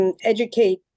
educate